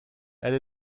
elle